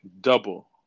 double